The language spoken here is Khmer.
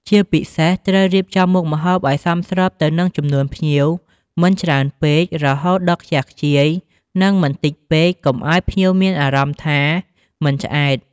ជាពិសេសត្រូវរៀបចំមុខម្ហូបឲ្យសមស្របទៅនឹងចំនួនភ្ញៀវ មិនច្រើនពេករហូតដល់ខ្ជះខ្ជាយ និងមិនតិចពេកកុំឲ្យភ្ញៀវមានអារម្មណ៍ថាមិនឆ្អែត។